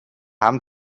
haben